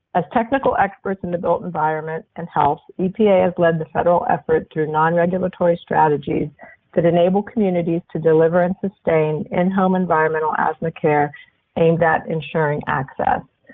as technical experts in the built environment and health, epa has lead the federal effort to nonregulatory strategies that enable communities to deliver and sustain in-home environmental asthma care aimed at ensuring access.